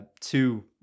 two